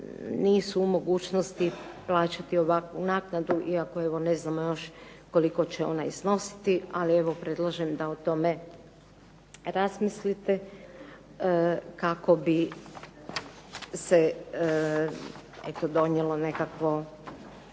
nisu u mogućnosti plaćati ovakvu naknadu. Iako evo ne znamo još koliko će ona iznositi, ali evo predlažem da o tome razmislite kako bi se donijelo nekakvo